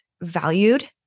valued